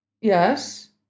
yes